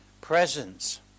presence